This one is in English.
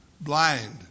blind